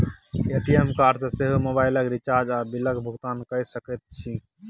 ATM card सँ सेहो मोबाइलक रिचार्ज आ बिलक भुगतान कए सकैत छी